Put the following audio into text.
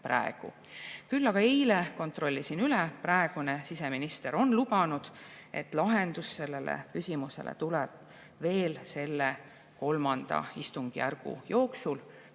Aga eile kontrollisin üle: praegune siseminister on lubanud, et lahendus sellele küsimusele tuleb veel selle, III istungjärgu jooksul